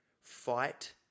fight